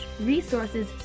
resources